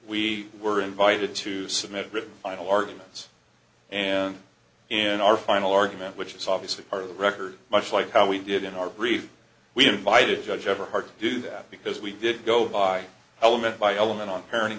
we were invited to submit written final arguments and in our final argument which is obviously part of the record much like how we did in our brief we invited judge everhart to do that because we did go by element by element on parenting